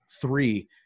three